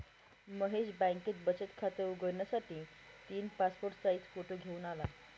महेश बँकेत बचत खात उघडण्यासाठी तीन पासपोर्ट साइज फोटो घेऊन आला